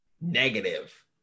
negative